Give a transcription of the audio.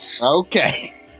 Okay